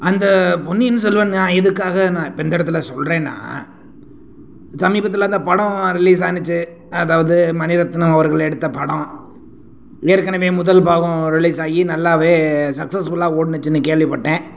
அந்த பொன்னியின் செல்வன் எதற்காக நான் இப்போ இந்த இடத்துல சொல்லுறேன்னா சமீபத்தில் அந்த படம் ரிலீஸ் ஆனுச்சு அதாவது மணிரத்தினம் அவர்கள் எடுத்த படம் ஏற்கனவே முதல் பாகம் ரிலீஸ் ஆகி நல்லாவே சக்ஸஸ்ஃபுல்லாக ஓடுனுச்சுனு கேள்விப்பட்டேன்